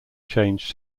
changed